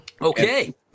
Okay